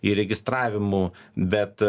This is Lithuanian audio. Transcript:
įregistravimų bet